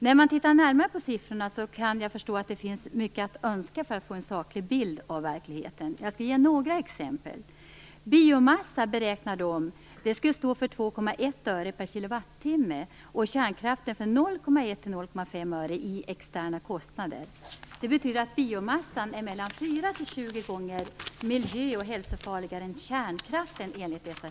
Vid en närmare titt på siffrorna förstår man att det finns mycket övrigt att önska för att få en saklig bild av verkligheten. Jag skall ge några exempel. De beräknar att biomassa skulle stå för 2,1 öre/kWh och kärnkraften för 0,1-0,5 öre i externa kostnader. Det betyder att biomassan enligt dessa källor är mellan 4 och 20 gånger miljö och hälsofarligare än kärnkraften.